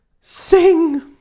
sing